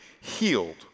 healed